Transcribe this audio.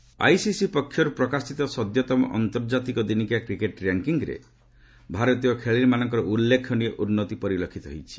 ଆଇସି ODI ranking ICC ପକ୍ଷରୁ ପ୍ରକାଶିତ ସଦ୍ୟତମ ଆନ୍ତର୍ଜାତିକ ଦିନିକିଆ କ୍ରିକେଟ୍ ର୍ୟାଙ୍କିଙ୍ଗ୍ରେ ଭାରତୀୟ ଖେଳାଳିମାନଙ୍କର ଉଲ୍ଲେଖନୀୟ ଉନ୍ନତି ପରିଲକ୍ଷିତ ହୋଇଛି